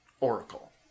Oracle